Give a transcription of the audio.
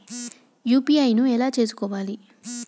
UPI ను ఎలా చేస్కోవాలి?